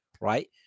right